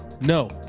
no